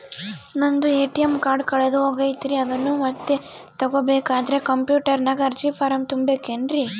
ನಂದು ATM card ಕಳೆದು ಹೋಗೈತ್ರಿ ಅದನ್ನು ಮತ್ತೆ ತಗೋಬೇಕಾದರೆ ಕಂಪ್ಯೂಟರ್ ನಾಗ ಅರ್ಜಿ ಫಾರಂ ತುಂಬಬೇಕನ್ರಿ?